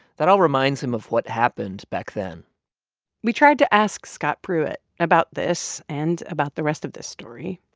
that all reminds him of what happened back then we tried to ask scott pruitt about this and about the rest of this story,